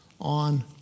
on